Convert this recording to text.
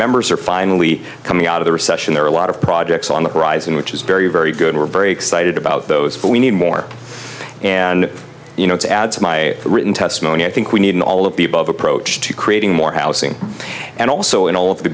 members are finally coming out of the recession there are a lot of projects on the horizon which is very very good we're very excited about those but we need more and you know to add to my written testimony i think we need an all of the above approach to creating more housing and also in all of the